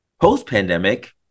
post-pandemic